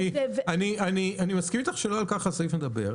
אני מסכים איתך שלא על כך הסעיף מדבר,